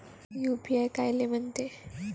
UPI कायले म्हनते?